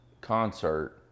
concert